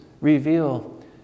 reveal